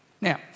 Now